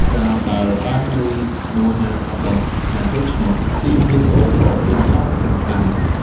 កាលបើបានឮមហាតាបសថាដូច្នេះ រាមាសូរក៏យំសោកយ៉ាងខ្លាំង។